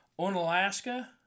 Onalaska